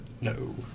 no